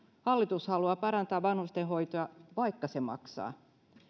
hallitus haluaa parantaa vanhustenhoitoa vaikka se maksaa